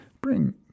Bring